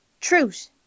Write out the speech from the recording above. truth